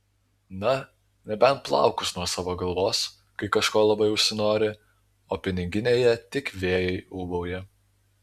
na nebent plaukus nuo savo galvos kai kažko labai užsinori o piniginėje tik vėjai ūbauja